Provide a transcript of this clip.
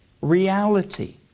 reality